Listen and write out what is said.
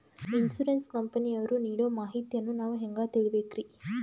Insurance ಕಂಪನಿಯವರು ನೀಡೋ ಮಾಹಿತಿಯನ್ನು ನಾವು ಹೆಂಗಾ ತಿಳಿಬೇಕ್ರಿ?